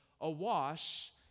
awash